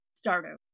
start-over